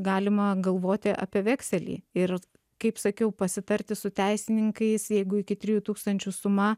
galima galvoti apie vekselį ir kaip sakiau pasitarti su teisininkais jeigu iki trijų tūkstančių suma